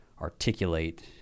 articulate